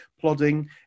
plodding